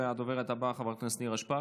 הדוברת הבאה, חברת הכנסת נירה שפק,